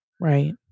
Right